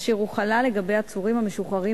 אשר הוחלה לגבי עצורים המשוחררים